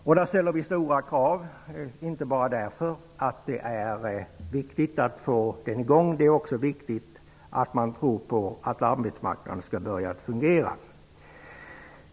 Vi ställer stora krav, inte bara därför att det är viktigt att få i gång byggmarknaden, utan också därför att det är viktigt att man tror på att arbetsmarknaden skall börja fungera.